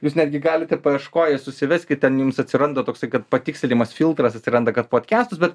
jūs netgi galite paieškoję susiveskit ten jums atsiranda toksai kad patikslinimas filtras atsiranda kad podkestus bet